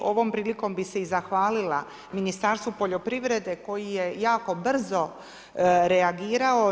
Ovom prilikom bih se i zahvalila Ministarstvu poljoprivrede koji je jako brzo reagirao.